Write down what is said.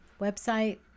website